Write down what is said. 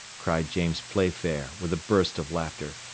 cried james playfair, with a burst of laughter.